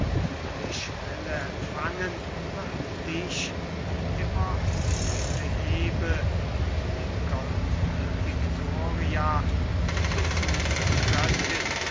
au den schwelle empfangen wird dich die immer blühende hebe und die goldne victoria die geflügelte göttin